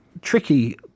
tricky